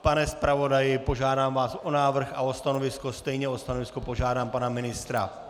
Pane zpravodaji, požádám vás o návrh a o stanovisko, stejně o stanovisko požádám pana ministra.